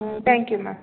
ம் thank you ma'am